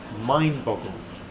mind-boggled